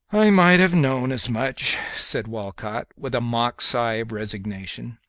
i might have known as much, said walcott, with a mock sigh of resignation,